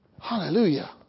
Hallelujah